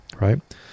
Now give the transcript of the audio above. right